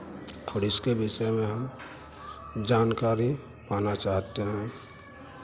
और इसके विषय में हम जानकारी पाना चाहते हैं